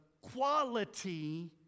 quality